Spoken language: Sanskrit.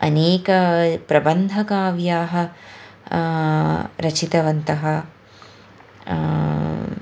अनेक प्रबन्धकाव्यानि रचितवन्तः